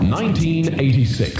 1986